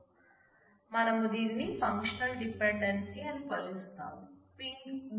మనం దీనిని functional dependency అని పిలుస్తాం